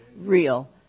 real